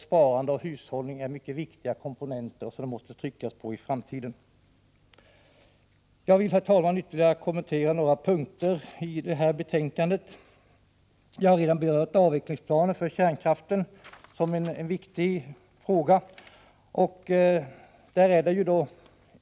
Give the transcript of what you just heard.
Sparande och hushållning är mycket riktigt viktiga komponenter, som vi måste tänka på i framtiden. Detta instämmer vi alltså i. Jag vill, herr talman, kommentera ytterligare några punkter i betänkandet. Jag har redan berört planen för avveckling av kärnkraften, vilket ju är en viktig fråga.